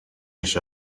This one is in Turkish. yaş